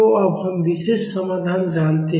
तो अब हम विशेष समाधान जानते हैं